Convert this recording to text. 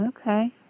Okay